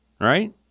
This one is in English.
right